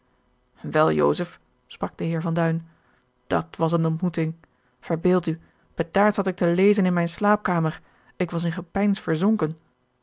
joseph sprak de heer van duin dat was eene ontmoeting verbeeld u bedaard zat ik te lezen in mijne slaapkamer ik was in gepeins verzonken